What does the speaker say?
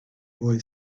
boy